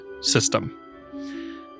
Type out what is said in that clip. system